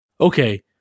Okay